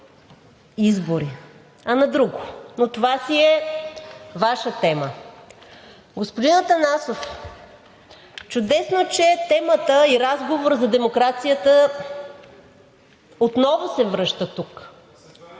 избори, а на друго, но това си е Ваша тема. Господин Атанасов, чудесно е, че темата и разговорът за демокрацията отново се връщат тук.